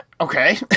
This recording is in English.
Okay